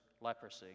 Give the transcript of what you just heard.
leprosy